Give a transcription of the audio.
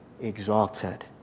exalted